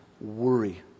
worry